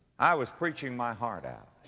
i was preaching my heart out.